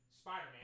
Spider-Man